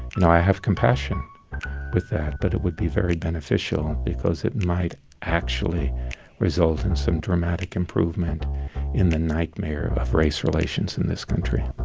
and i have compassion with that. but it would be very beneficial because it might actually result in some dramatic improvement in the nightmare of of race relations in this country